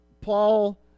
Paul